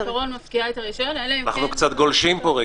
אנחנו קצת גולשים פה.